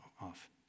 off